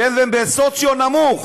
כי הם בסוציו נמוך.